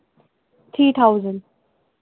three thousand